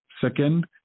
Second